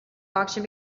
auction